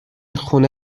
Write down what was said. خونه